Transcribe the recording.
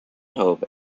hope